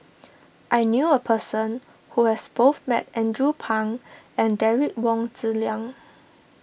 I knew a person who has both met Andrew Phang and Derek Wong Zi Liang